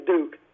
Duke